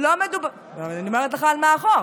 לא מדובר, אני אומרת לך על מה החוק.